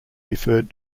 referred